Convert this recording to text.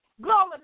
Glory